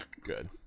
Good